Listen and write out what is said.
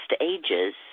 ages